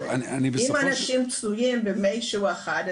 אם אנשים תלויים במישהו אחד,